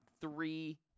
three